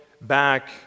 back